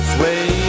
Sway